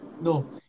No